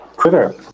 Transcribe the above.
Twitter